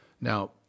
Now